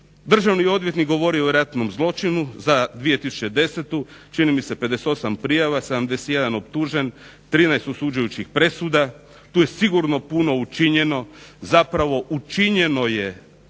Državni odvjetnik govori o ratnom zločinu za 2010. čini mi se 58 prijava, 71 optužen, 13 osuđujućih presuda, tu je sigurno puno učinjeno. Zapravo učinjeno je